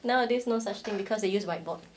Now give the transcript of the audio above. nowadays no such thing because they use whiteboard